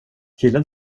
killen